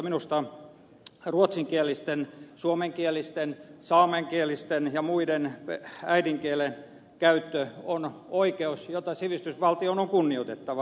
minusta ruotsinkielisten suomenkielisten saamenkielisten ja muiden äidinkielenkäyttö on oikeus jota sivistysvaltion on kunnioitettava